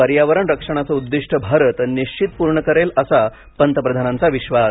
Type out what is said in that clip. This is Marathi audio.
पर्यावरण रक्षणाच उद्दिष्ट भारत निश्चित पूर्ण करेल असा पंतप्रधानाचा विश्वास